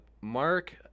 Mark